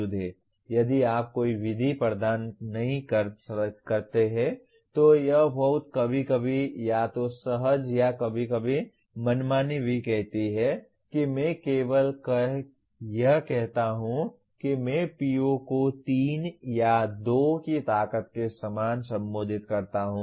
यदि आप कोई विधि प्रदान नहीं करते हैं तो यह बहुत कभी कभी या तो सहज या कभी कभी मनमानी भी कहती है कि मैं केवल यह कहता हूं कि मैं PO को 3 या 2 की ताकत के समान संबोधित करता हूं